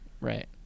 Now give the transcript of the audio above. right